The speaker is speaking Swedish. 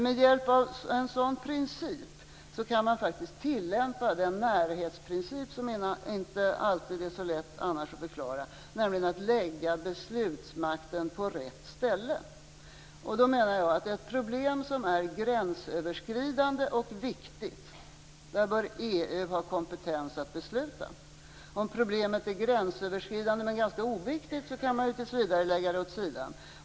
Med hjälp av en sådan princip kan man faktiskt tillämpa den närhetsprincip som inte alltid är så lätt annars att förklara, nämligen att lägga beslutsmakten på rätt ställe. Ett problem som är gränsöverskridande och viktigt bör EU ha kompetens att besluta om. Om problemet är gränsöverskridande men ganska oviktigt kan man tills vidare lägga det åt sidan.